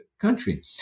country